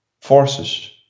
forces